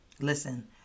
Listen